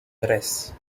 tres